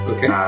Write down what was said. Okay